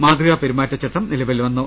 മാതൃകാ പെരുമാറ്റചട്ടം നിലവിൽ വന്നു